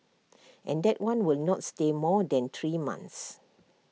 and that one will not stay more than three months